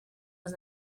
was